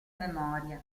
memoria